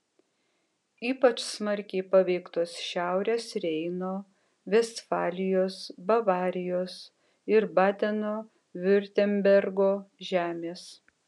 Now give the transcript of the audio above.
ypač smarkiai paveiktos šiaurės reino vestfalijos bavarijos ir badeno viurtembergo žemės